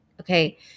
okay